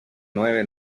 nueve